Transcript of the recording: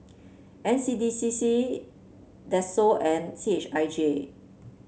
N C D C C DSO and C H I J